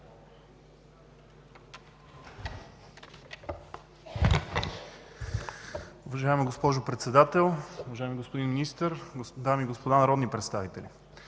Уважаема госпожо Председател, уважаеми господин Министър, уважаеми госпожи и господа народни представители!